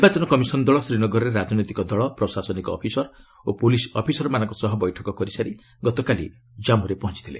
ନିର୍ବାଚନ କମିଶନ୍ ଦଳ ଶ୍ରୀନଗରରେ ରାଜନୈତିକ ଦଳ ପ୍ରଶାସନକ ଅଫିସର ଓ ପୁଲିସ୍ ଅଫିସରମାନଙ୍କ ସହ ବୈଠକ କରିସାରି ଗତକାଲି ଜମ୍ମରେ ପହଞ୍ଚଥିଲେ